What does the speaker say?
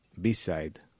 b-side